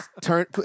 turn